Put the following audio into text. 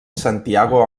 santiago